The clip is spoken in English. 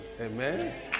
Amen